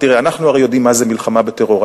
הרי אנחנו יודעים מה זו מלחמה בטרור,